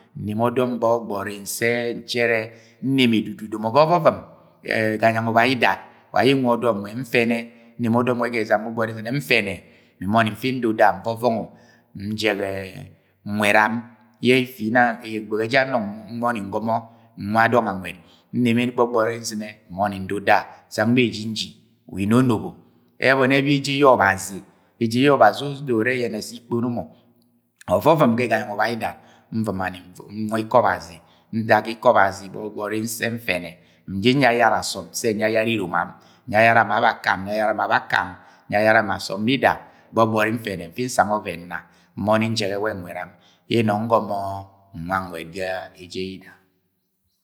Nreme ọdọm gbọgbọri, nse nchẹrẹ, nreme dudu domo ga ọvọvọm ẹganyang ubaidat wa yẹ ngwa ọdọm nwẹ. Nfẹnẹ nreme ọdọm gbọgbọri nzɨne, nfẹnẹ mi nbọni nfi nduda nvọvọngọ. Njẹgẹ nwẹd ye ifidinang nnọng ngọmọ nwa dọng anwẹd. Nreme gbọgbọri nzɨne nduda nsang beji nji. Wa inonobo. Ẹbọni ẹbi eje ye Ọbazi, eje ye Obazi udoro ure yẹne sẹ ikpọno mọ, Ọvọvomga ẹganyang ubaidat nvɨma nwa ikọ Ọbazi, nda ga ikọ Ọbazi gbọgbọri nse nfẹnẹ nji nyayara asọm, nsẹ nyayara eromam, nyayara ma abẹ akam, nyayara ma abẹ akam, nyayaka ma asọm bida gbọgbọri nfẹnẹ nfi nsang ọvẹn nna. Nbọni njẹgẹ wẹ nwẹd am yẹ nnọng ngọmọ nwa nwẹd ga eje yida.